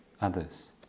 others